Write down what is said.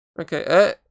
Okay